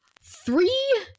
three